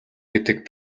гэдэг